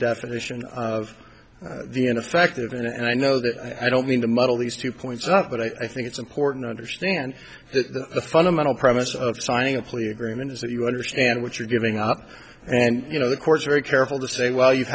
definition of the ineffective and i know that i don't mean to muddle these two points up but i think it's important to understand the fundamental premise of signing a plea agreement is that you understand what you're giving up and you know the courts are very careful to say well you've